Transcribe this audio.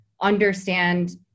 understand